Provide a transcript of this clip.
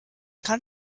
kann